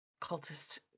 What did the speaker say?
cultist